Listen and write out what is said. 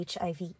HIV